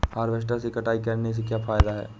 Harvester से कटाई करने से क्या फायदा है?